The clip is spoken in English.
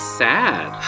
sad